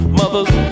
mother's